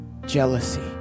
jealousy